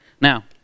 Now